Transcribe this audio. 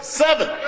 seven